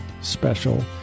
special